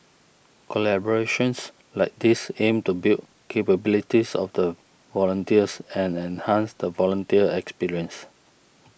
collaborations like these aim to build capabilities of the volunteers and enhance the volunteer experience